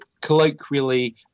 colloquially